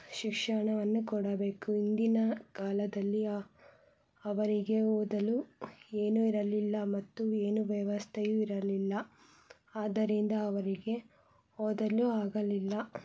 ಶಿಕ್ಷಣವನ್ನು ಕೊಡಬೇಕು ಹಿಂದಿನ ಕಾಲದಲ್ಲಿ ಅವರಿಗೆ ಓದಲು ಏನೂ ಇರಲಿಲ್ಲ ಮತ್ತು ಏನೂ ವ್ಯವಸ್ಥೆಯೂ ಇರಲಿಲ್ಲ ಆದ್ದರಿಂದ ಅವರಿಗೆ ಓದಲು ಆಗಲಿಲ್ಲ